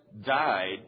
died